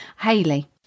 Hayley